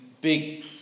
big